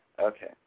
Okay